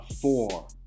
four